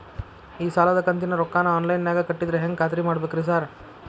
ಈ ಸಾಲದ ಕಂತಿನ ರೊಕ್ಕನಾ ಆನ್ಲೈನ್ ನಾಗ ಕಟ್ಟಿದ್ರ ಹೆಂಗ್ ಖಾತ್ರಿ ಮಾಡ್ಬೇಕ್ರಿ ಸಾರ್?